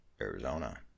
Arizona